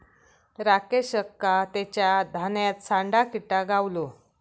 राकेशका तेच्या धान्यात सांडा किटा गावलो